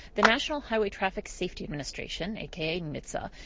the national highway traffic safety administration, aka nhtsa,